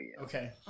Okay